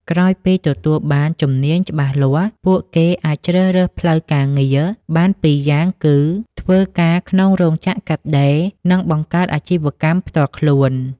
ក្រោយពីទទួលបានជំនាញច្បាស់លាស់ ពួកគេអាចជ្រើសរើសផ្លូវការងារបានពីរយ៉ាងគឺ ធ្វើការក្នុងរោងចក្រកាត់ដេរ និងបង្កើតអាជីវកម្មផ្ទាល់ខ្លួន។